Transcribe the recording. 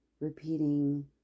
repeating